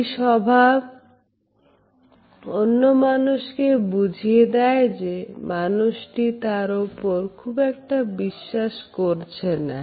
এই স্বভাব অন্য মানুষকে বুঝিয়ে দেয় যে মানুষটি তার ওপর খুব একটা বিশ্বাস করছে না